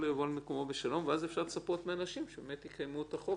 יבוא על מקומו בשלום ואז אפשר לצפות מאנשים שבאמת יקיימו את החוק